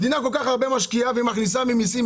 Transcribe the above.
המדינה כל כך הרבה מכניסה ממיסים,